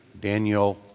Daniel